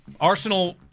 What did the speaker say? Arsenal